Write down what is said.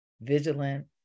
vigilant